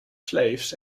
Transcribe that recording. slaves